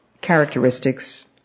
Characteristics